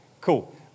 cool